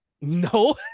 No